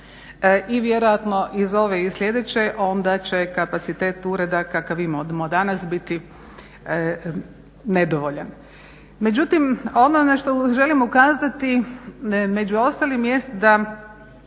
i vjerojatno iz ove i sljedeće, onda će kapacitet ureda kakav imamo danas biti nedovoljan. Međutim ono na što želim ukazati među ostalim jest da